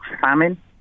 famine